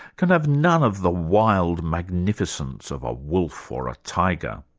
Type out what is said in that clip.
can have none of the wild magnificence of a wolf or a tiger.